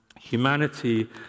humanity